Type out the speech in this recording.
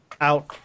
out